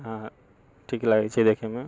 हँ ठीक लागैत छै देखैमे